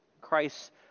Christ